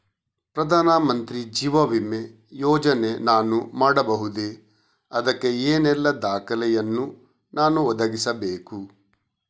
ಪ್ರಧಾನ ಮಂತ್ರಿ ಜೀವ ವಿಮೆ ಯೋಜನೆ ನಾನು ಮಾಡಬಹುದೇ, ಅದಕ್ಕೆ ಏನೆಲ್ಲ ದಾಖಲೆ ಯನ್ನು ನಾನು ಒದಗಿಸಬೇಕು?